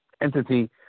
entity